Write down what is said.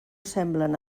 semblen